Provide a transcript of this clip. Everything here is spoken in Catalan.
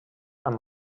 amb